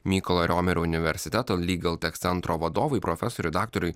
mykolo romerio universiteto lygltech centro vadovui profesoriui daktarui